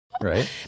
Right